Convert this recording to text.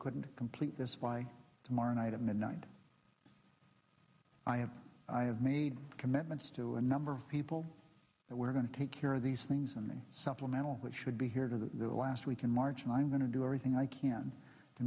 could complete this by tomorrow night at midnight i have i have made commitments to a number of people that we're going to take care of these things in the supplemental which should be here to the last week in march and i'm going to do everything i can to